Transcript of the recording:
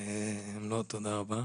לא, תודה רבה,